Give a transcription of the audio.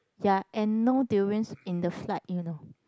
ya and no durians in the flight you know